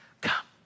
come